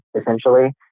essentially